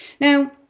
Now